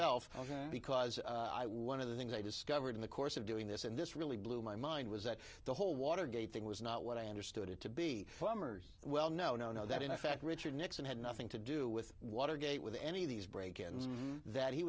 self because one of the things i discovered in the course of doing this and this really blew my mind was that the whole watergate thing was not what i understood it to be formers well no no no that in effect richard nixon had nothing to do with watergate with any of these break ins that he